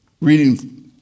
Reading